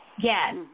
Yes